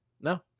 no